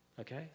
Okay